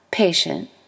patient